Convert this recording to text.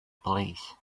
police